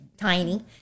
tiny